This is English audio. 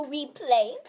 replay